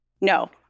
No